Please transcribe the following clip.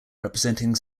representing